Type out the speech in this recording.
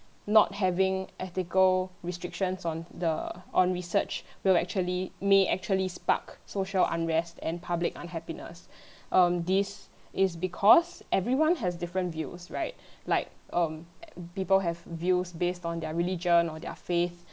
not having ethical restrictions on the on research will actually may actually spark social unrest and public unhappiness um this is because everyone has different views right like um people have views based on their religion or their faith